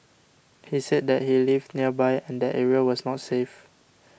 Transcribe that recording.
he said that he lived nearby and that area was not safe